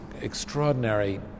extraordinary